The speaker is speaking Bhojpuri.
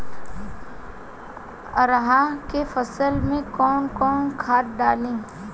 अरहा के फसल में कौन कौनसा खाद डाली?